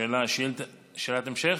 שאלת המשך?